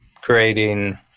creating